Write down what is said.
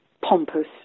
pompous